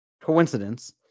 Coincidence